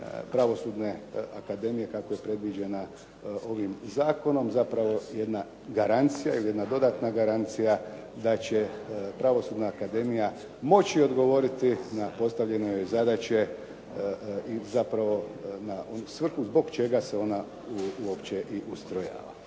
Pravosudne akademije kako je predviđena ovim zakonom zapravo jedna garancija ili jedna dodatna garancija da će Pravosudna akademija moći odgovoriti na postavljenoj joj zadaće i zapravo na onu svrhu zbog čega se ona uopće i ustrojava.